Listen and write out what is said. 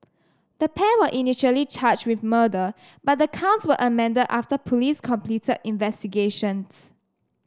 the pair were initially charged with murder but the counts were amended after police completed investigations